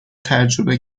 تجربه